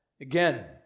Again